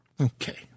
Okay